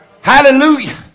Hallelujah